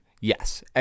yes